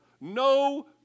No